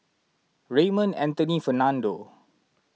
Raymond Anthony Fernando